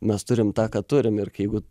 mes turim tą ką turim ir kai jeigu